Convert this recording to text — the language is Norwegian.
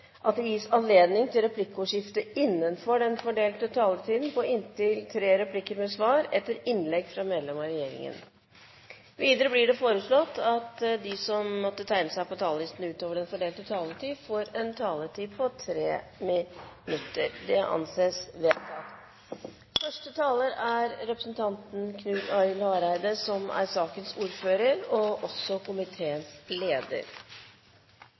at det gis anledning til replikkordskifte på inntil tre replikker med svar etter innlegg fra medlem av regjeringen innenfor den fordelte taletid. Videre blir det foreslått at de som måtte tegne seg på talerlisten utover den fordelte taletid, får en taletid på inntil 3 minutter. – Det anses vedtatt. Det er et viktig anliggende som reises i dette Dokument 8-forslaget, rett og